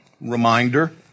reminder